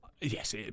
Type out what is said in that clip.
Yes